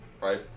Right